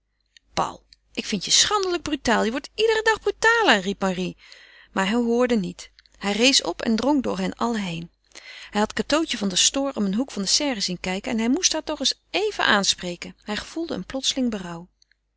ik vind je schandelijk brutaal je wordt iederen dag brutaler riep marie maar hij hoorde niet hij rees op en drong door hen allen heen hij had cateautje van der stoor om een hoek van de serre zien kijken en hij moest haar toch eens even aanspreken hij gevoelde een plotseling